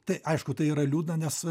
tai aišku tai yra liūdna nes